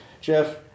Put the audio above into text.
Jeff